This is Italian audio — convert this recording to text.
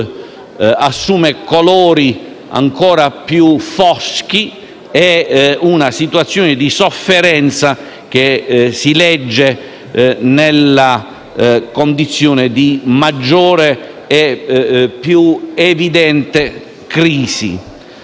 assume colori più foschi e una situazione di sofferenza che si legge nella condizione di maggior e più evidente crisi.